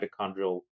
mitochondrial